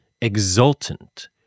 exultant